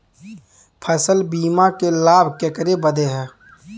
फसल बीमा क लाभ केकरे बदे ह?